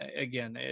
Again